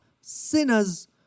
sinners